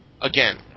again